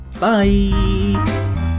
bye